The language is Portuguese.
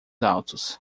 altos